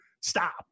stop